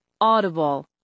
Audible